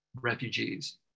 refugees